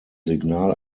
signal